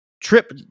trip